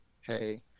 hey